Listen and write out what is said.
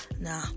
nah